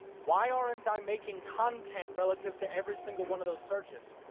why aren't i making content relative to every single one of those searches?